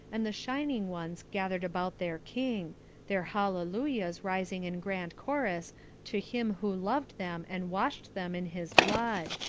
and the shining ones gathered about their king their hallelujahs rising in grand chorus to him who loved them and washed them in his blood.